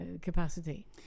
capacity